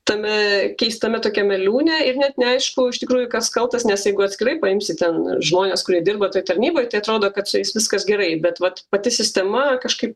tame keistame tokiame liūne ir net neaišku iš tikrųjų kas kaltas nes jeigu atskirai paimsi ten žmones kurie dirba toj tarnyboj tai atrodo kad čia vis viskas gerai bet vat pati sistema kažkaip